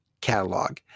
catalog